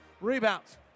Rebounds